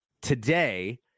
today